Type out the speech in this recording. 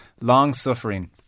Long-suffering